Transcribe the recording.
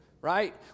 Right